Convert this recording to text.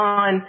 on